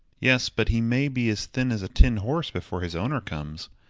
yes, but he may be as thin as a tin horse before his owner comes.